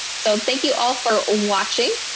so thank you all for watching!